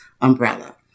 umbrella